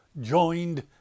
joined